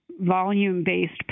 volume-based